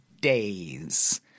days